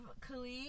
Khalid